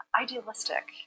idealistic